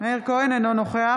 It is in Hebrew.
אינו נוכח